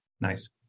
Nice